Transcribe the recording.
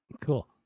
cool